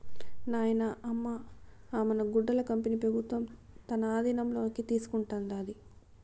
నాయనా, అమ్మ అ మన గుడ్డల కంపెనీ పెబుత్వం తన ఆధీనంలోకి తీసుకుంటాండాది